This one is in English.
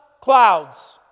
clouds